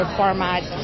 format